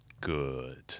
Good